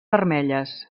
vermelles